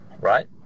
right